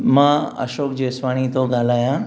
मां अशोक जेसवाणी थो ॻाल्हायां